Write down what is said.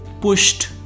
pushed